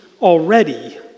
already